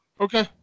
Okay